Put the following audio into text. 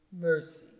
mercy